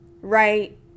right